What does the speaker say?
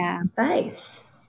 space